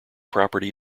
property